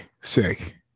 Sick